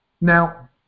Now